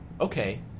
okay